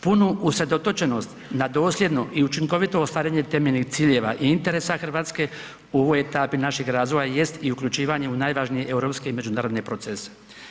Punu usredotočenost na dosljedno i učinkovito ostvarenje temeljnih ciljeva i interesa Hrvatske u ovoj etapi našeg razvoja jest i uključivanje u najvažnije europske i međunarodne procese.